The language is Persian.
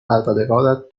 پروردگارت